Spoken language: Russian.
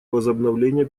возобновления